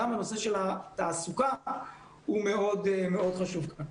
גם הנושא של התעסוקה הוא מאוד מאוד חשוב כאן.